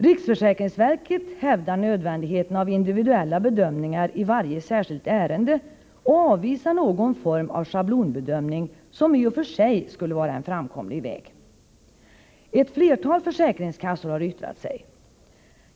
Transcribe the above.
Riksförsäkringsverket pekar på nödvändigheten av individuella bedömningar i varje särskilt ärende och avvisar någon form av schablonbedömning, vilket i och för sig skulle vara en framkomlig väg. Ett flertal försäkringskassor har yttrat sig.